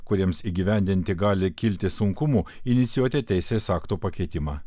kuriems įgyvendinti gali kilti sunkumų inicijuoti teisės aktų pakeitimą